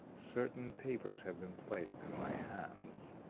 certain papers have been placed in my hands.